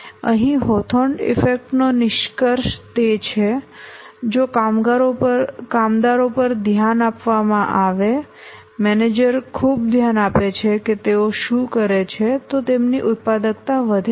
અહીંથી Hawthorne effect નો નિષ્કર્ષ તે છે જો કામદારો પર ધ્યાન આપવામાં આવે મેનેજર ખૂબ ધ્યાન આપે છે કે તેઓ શું કરે છે તો તેમની ઉત્પાદકતા વધે છે